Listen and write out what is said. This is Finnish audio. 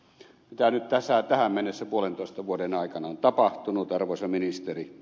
mitä nyt tähän mennessä puolentoista vuoden aikana on tapahtunut arvoisa ministeri